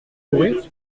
courir